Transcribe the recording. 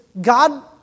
God